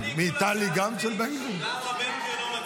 למה בן גביר לא מצביע?